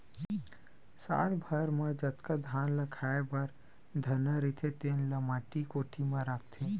साल भर म जतका धान ल खाए बर धरना रहिथे तेन ल माटी कोठी म राखथे